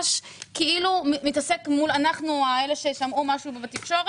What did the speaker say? אנחנו יודעים שיש איזו שהיא רכישה צולבת של מניות בין שתי הקבוצות,